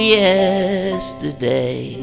yesterday